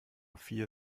vier